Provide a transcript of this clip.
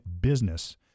business